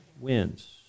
wins